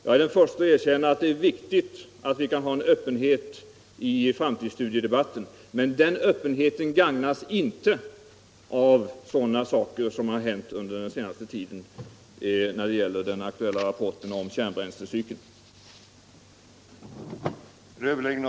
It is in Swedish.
Jag är den förste att erkänna att det är viktigt att vi kan ha en öppenhet i framtidsstudiedebatten, men den öppenheten gagnas inte av sådana saker som har hänt under den senaste tiden när det gäller den aktuella rapporten om kärnbränslecykeln.